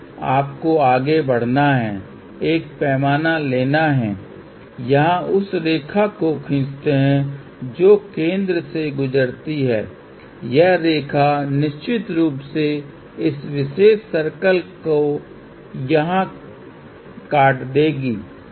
आपको आगे बढ़ना है एक पैमाना लेना है यहां उस रेखा को खींचते हैं जो केंद्र से गुजरती है यह रेखा निश्चित रूप से इस विशेष सर्कल को यहां काट देगी